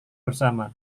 bersama